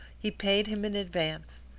he paid him in advance.